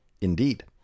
Indeed